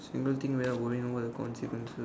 I don't think we are worrying were the consider soon